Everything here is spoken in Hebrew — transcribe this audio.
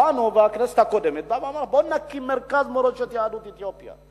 באנו בכנסת הקודמת ואמרנו: בואו נקים מרכז מורשת יהדות אתיופיה,